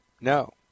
No